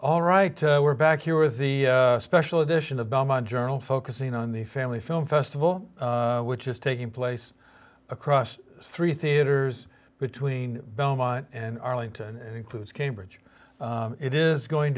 all right we're back here with the special edition of belmont journal focusing on the family film festival which is taking place across three theaters between belmont and arlington and includes cambridge it is going